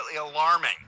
alarming